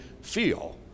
feel